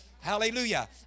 Hallelujah